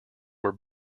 were